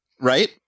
right